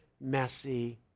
messy